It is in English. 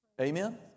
Amen